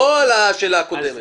לא על השאלה הקודמת.